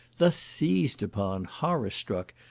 thus seized upon, horror struck,